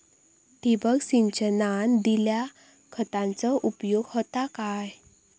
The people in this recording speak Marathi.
ठिबक सिंचनान दिल्या खतांचो उपयोग होता काय?